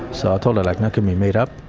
so i told her, like and can we meet up?